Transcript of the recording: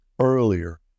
earlier